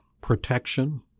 protection